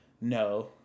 no